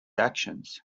actions